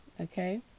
okay